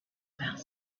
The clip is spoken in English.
about